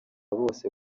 bose